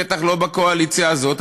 בטח לא בקואליציה הזאת,